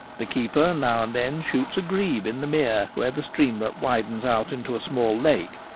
the keeper now and then shoots a grebe in the mere where the streamlet widens out into a small lake,